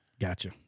Gotcha